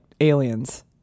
aliens